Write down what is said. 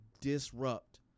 disrupt